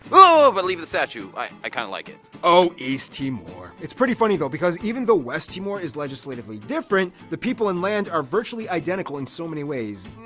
but leave the statue, i kind of like it. oh east timor! it's pretty funny though because even though west timor is legislatively different the people in land are virtually identical in so many ways.